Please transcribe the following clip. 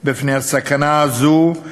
על הסכנה הזאת,